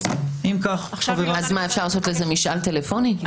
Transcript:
אפשר לעשות משאל טלפוני?